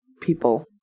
people